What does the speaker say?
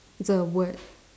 it's a word